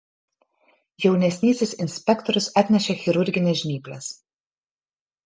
jaunesnysis inspektorius atnešė chirurgines žnyples